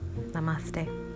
namaste